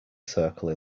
circle